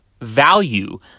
value